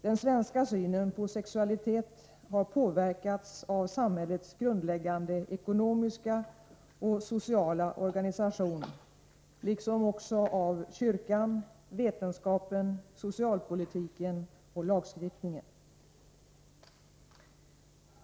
Den svenska synen på sexualitet har påverkats av samhällets grundläggande ekonomiska och sociala organisation liksom också av kyrkan, vetenskapen, socialpolitiken och lagstiftningen.